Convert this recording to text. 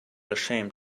ashamed